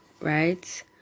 right